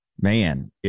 man